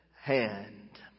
hand